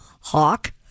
Hawk